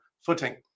footing